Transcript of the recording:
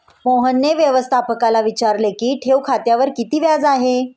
मोहनने व्यवस्थापकाला विचारले की ठेव खात्यावर किती व्याज आहे?